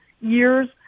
years